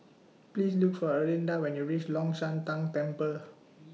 Please Look For Erlinda when YOU REACH Long Shan Tang Temple